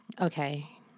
okay